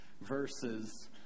verses